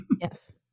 Yes